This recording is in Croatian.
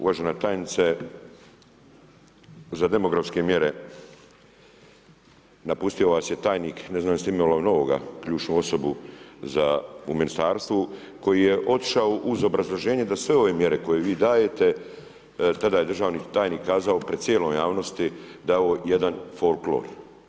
Uvažena tajnice, za demografske mjere napustio vas je tajnik, ne znam jeste li imenovali novoga, ključnu osobu u ministarstvu koji je otišao uz obrazloženje da sve ove mjere koje vi dajete, tada je državni tajnik kazao pred cijelom javnosti da je ovo jedan folklor.